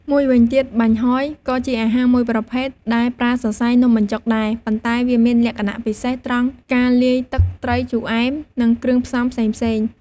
មួយវិញទៀតបាញ់ហ៊យ ក៏ជាអាហារមួយប្រភេទដែលប្រើសរសៃនំបញ្ចុកដែរ ប៉ុន្តែវាមានលក្ខណៈពិសេសត្រង់ការលាយទឹកត្រីជូរអែម និងគ្រឿងផ្សំផ្សេងៗ។